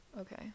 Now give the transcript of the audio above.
Okay